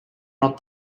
not